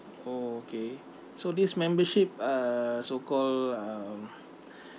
oh okay so this membership uh so called um